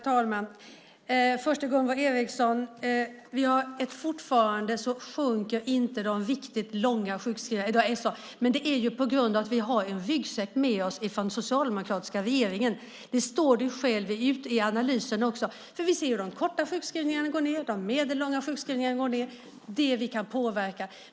Herr talman! Först vill jag säga till Gunvor G. Ericson att fortfarande sjunker inte de riktigt långa sjukskrivningarna. Men det är på grund av att vi har en ryggsäck med oss från den socialdemokratiska regeringen. Det står också i analysen. Vi ser hur de korta sjukskrivningarna går ned och hur de medellånga sjukskrivningarna går ned, det som vi kan påverka.